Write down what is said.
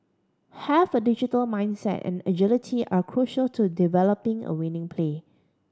have a digital mindset and agility are crucial to developing a winning play